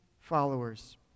followers